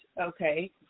okay